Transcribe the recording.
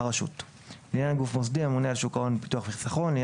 הרשות; לעניין גוף מוסדי - הממונה על שוק ההון ביטוח וחיסכון; לעניין